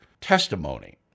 testimony